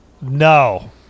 No